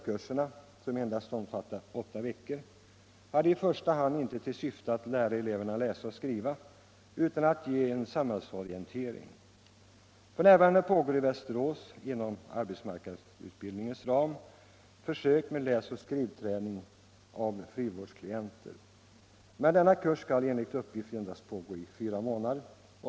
Kurserna, som endast omfattar åtta veckor, hade i första hand inte till syfte att lära eleverna läsa och skriva utan att ge samhällsorientering. F.n. görs i Västerås inom arbetsmarknadsutbildningens ram försök = Nr 19 med läsoch skrivträning av frivårdsklienter. Men denna kurs skall enligt Tisdagen den uppgift pågå endast i fyra månader.